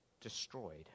destroyed